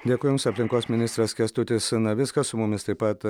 dėkui jums aplinkos ministras kęstutis navickas su mumis taip pat